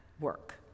work